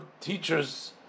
teachers